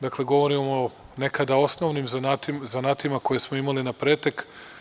Dakle, govorim o nekada osnovnim zanatima koje smo imali na pretek.